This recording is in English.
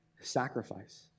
sacrifice